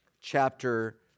chapter